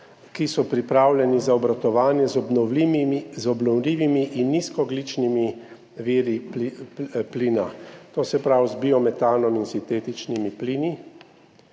ki so pripravljeni za obratovanje z obnovljivimi in nizkoogljičnimi viri plina, to se pravi z biometanom in sintetičnimi plini.